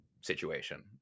situation